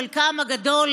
חלקם הגדול,